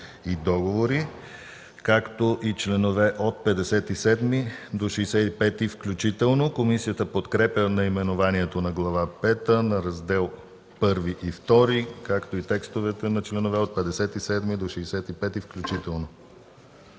програми и договори”, както и членове от 57 до 65 включително. Комисията подкрепя наименованието на Глава пета, на Раздели І и ІІ, както и текстовете на членове от 57 до 65 включително.